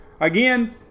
again